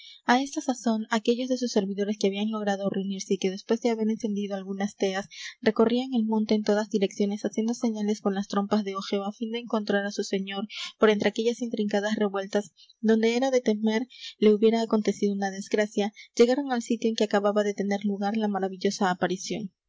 á esta sazón aquellos de sus servidores que habían logrado reunirse y que después de haber encendido algunas teas recorrían el monte en todas direcciones haciendo señales con las trompas de ojeo á fin de encontrar á su señor por entre aquellas intrincadas revueltas donde era de temer le hubiera acontecido una desgracia llegaron al sitio en que acababa de tener lugar la maravillosa aparición